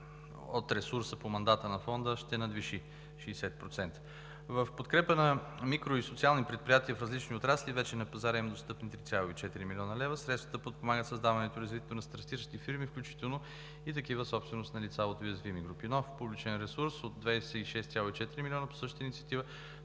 от ресурса по мандата на Фонда ще надвишат 60%. В подкрепа на микро- и социални предприятия в различни отрасли вече на пазара има достъпни 3,4 млн. лева. Средствата подпомагат създаването и развитието на стартиращи фирми, включително и такива, собственост на лица от уязвими групи. Нов публичен ресурс от 26,4 млн. лв. по същата инициатива